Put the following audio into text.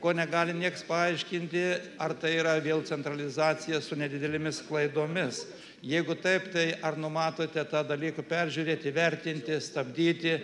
ko negali nieks paaiškinti ar tai yra vėl centralizacija su nedidelėmis klaidomis jeigu taip tai ar numatote tą dalyką peržiūrėti vertinti stabdyti